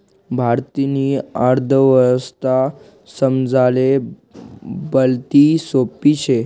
भारतनी अर्थव्यवस्था समजाले भलती सोपी शे